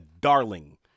darling